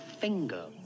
Finger